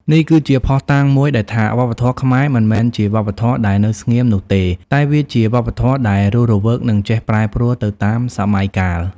នេះគឺជាភស្តុតាងមួយដែលថាវប្បធម៌ខ្មែរមិនមែនជាវប្បធម៌ដែលនៅស្ងៀមនោះទេ តែវាជាវប្បធម៌ដែលរស់រវើកនិងចេះប្រែប្រួលទៅតាមសម័យកាល។